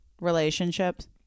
Relationships